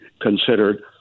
considered